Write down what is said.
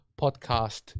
podcast